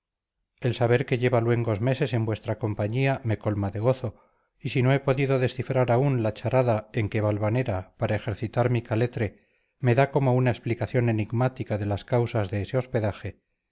el saber que lleva luengos meses en vuestra compañía me colma de gozo y si no he podido descifrar aún la charada en que valvanera para ejercitar mi caletre me da como una explicación enigmática de las causas de ese hospedaje